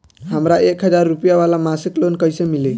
हमरा एक हज़ार रुपया वाला मासिक लोन कईसे मिली?